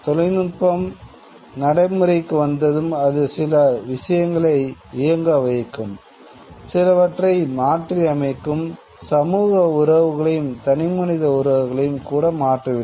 தொழில்நுட்பம் நடைமுறைக்கு வந்ததும் அது சில விஷயங்களை இயங்க வைக்கும் சிலவற்றை மாற்றி அமைக்கும் சமூக உறவுகளையும் தனிமனித உறவுகளையும் கூட மாற்றிவிடும்